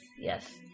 Yes